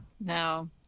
No